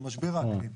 על משבר האקלים,